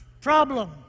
problem